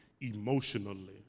emotionally